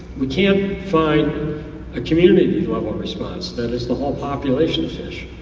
we can't find a community level response, that is the whole population fish.